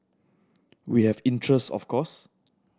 we have interest of course